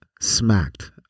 smacked